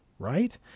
right